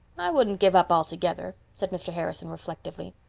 i wouldn't give up altogether, said mr. harrison reflectively.